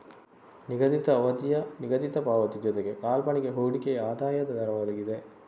ನಿಗದಿತ ಅವಧಿಯ ನಿಗದಿತ ಪಾವತಿ ಜೊತೆಗೆ ಕಾಲ್ಪನಿಕ ಹೂಡಿಕೆಯ ಆದಾಯದ ದರವಾಗಿದೆ